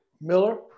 Miller